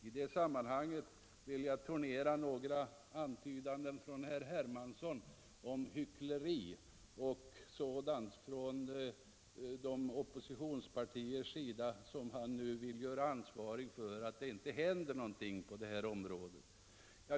I det sammanhanget vill jag turnera några antydningar från herr Hermansson om hyckleri från de oppositionspartiers sida som han vill göra ansvariga för att det inte händer någonting på det här området.